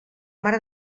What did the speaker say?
mare